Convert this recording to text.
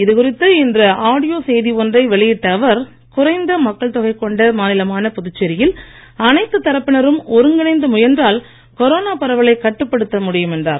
இது குறித்து இன்று ஆடியோ செய்தி ஒன்றை வெளியிட்ட அவர் குறைந்த மக்கள் தொகை கொண்ட மாநிலமான புதுச்சேரியில் அனைத்து தரப்பினரும் ஒருங்கிணைந்து முயன்றால் கொரோனா பரவலைக் கட்டுப்படுத்த முடியும் என்றார்